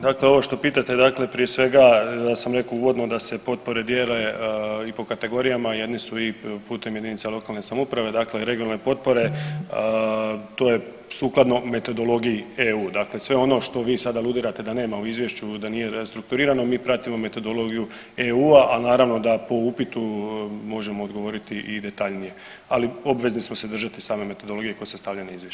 Dakle, ovo što pitati prije svega ja sam rekao uvodno da se potpore dijele i po kategorijama jedni su i putem jedinica lokalne samouprave dakle regionalne potpore to je sukladno metodologiji EU, dakle sve ono što vi sada aludirate da nema u izvješću da nije strukturirano mi pratimo metodologiju EU-a, a naravno da po upitu možemo odgovoriti i detaljnije, ali obvezni smo se držati same metodologije koja je sastavljena u izvješću.